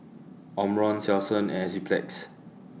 Omron Selsun and Enzyplex